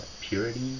purity